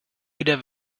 wieder